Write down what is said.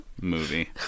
movie